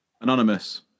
Anonymous